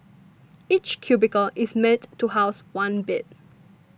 each cubicle is meant to house one bed